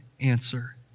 answer